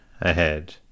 ahead